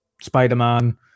Spider-Man